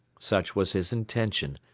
such was his intention,